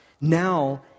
Now